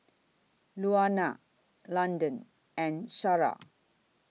Luana Londyn and Shara